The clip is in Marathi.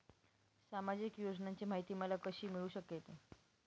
सामाजिक योजनांची माहिती मला कशी मिळू शकते?